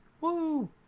Woo